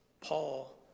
Paul